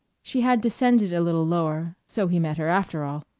she had descended a little lower so he met her after all.